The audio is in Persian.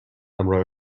همراه